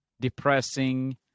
depressing